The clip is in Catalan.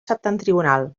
septentrional